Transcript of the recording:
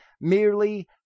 merely